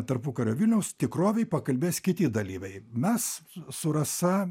tarpukario vilniaus tikrovei pakalbės kiti dalyviai mes su rasa